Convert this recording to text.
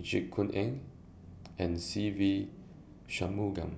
Jit Koon Ch'ng and Se Ve Shanmugam